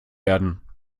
werden